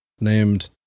named